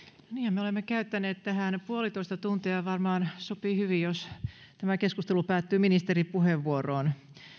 me olemme käyttäneet tähän puolitoista tuntia ja varmaan sopii hyvin jos tämä keskustelu päättyy ministerin puheenvuoroon